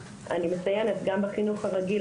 אני מציינת שזה כבר עלה פה גם בחינוך הרגיל.